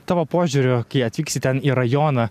tavo požiūriu kai atvyksti ten į rajoną